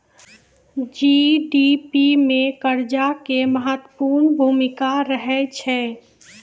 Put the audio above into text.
GDP मे कर्जा के महत्वपूर्ण भूमिका रहै छै